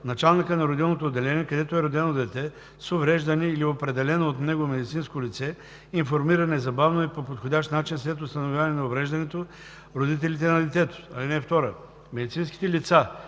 Началникът на родилното отделение, където е родено дете с увреждане, или определено от него медицинско лице информира незабавно и по подходящ начин след установяване на увреждането родителите на детето. (2) Медицинските лица